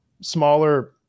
smaller